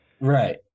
Right